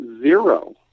zero